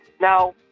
Now